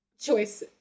choice